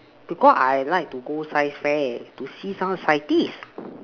because I like to go science fair to see some scientist